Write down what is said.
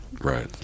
Right